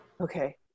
Okay